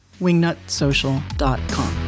wingnutsocial.com